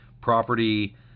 Property